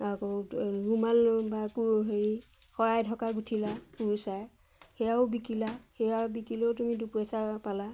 আকৌ ৰুমাল বা কোৰ হেৰি শৰাই ঢকা গুঠিলা কুৰ্চাই সেয়াও বিকিলা সেয়া বিকিলেও তুমি দুপইচা পালা